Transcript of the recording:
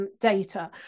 data